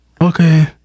okay